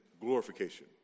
glorification